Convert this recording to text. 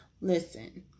Listen